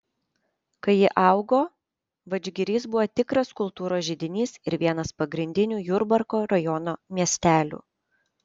kai ji augo vadžgirys buvo tikras kultūros židinys ir vienas pagrindinių jurbarko rajono miestelių